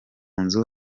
nzu